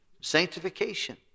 sanctification